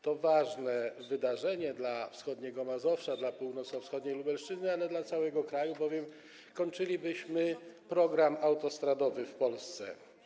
To ważne wydarzenie dla wschodniego Mazowsza, dla północno-wschodniej Lubelszczyzny, a także dla całego kraju, bowiem skończymy program autostradowy w Polsce.